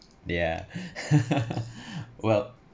yeah well